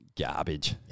garbage